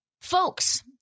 folks